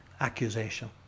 accusation